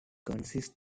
consists